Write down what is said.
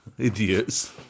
Idiots